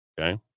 okay